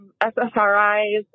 SSRIs